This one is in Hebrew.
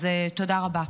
אז תודה רבה.